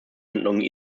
handlungen